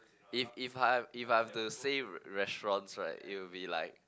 if if I if I have to say re~ restaurants right it will be like